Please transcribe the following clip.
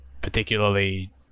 particularly